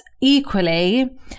equally